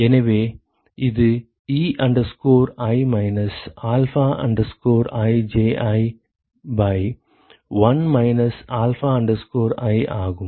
எனவே இது E i minus alpha i Ji by 1 minus alpha i ஆகும்